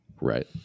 Right